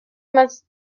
must